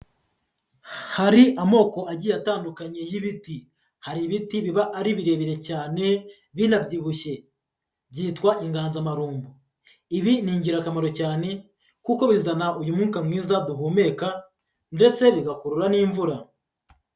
Hari amoko agiye atandukanye y'ibiti, hari ibiti biba ari birebire cyane binabyibushye byitwa inganzamarumbo, ibi ni ingirakamaro cyane kuko bizana uyu mwuka mwiza duhumeka ndetse bigakurura n'imvura.